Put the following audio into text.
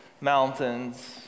mountains